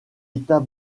état